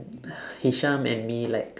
hisham and me like